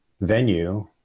venue